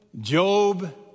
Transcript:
Job